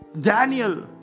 Daniel